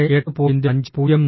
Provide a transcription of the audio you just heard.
50 ന് പോകുന്നു